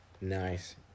Nice